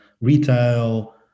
retail